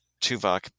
Tuvok